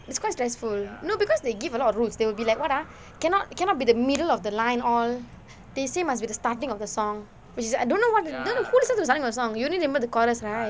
it's quite stressful no because they give a lot of rules they will be like [what] ah cannot cannot be the middle of the line all they say must be the starting of the song which is I don't know what who listen to starting of the song you only remember the chorus right